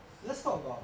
let's talk about